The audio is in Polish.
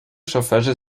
szoferzy